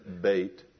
bait